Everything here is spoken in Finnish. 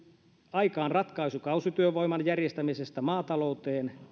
aikaan ratkaisu kausityövoiman järjestämisestä maatalouteen